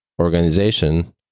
organization